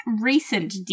recent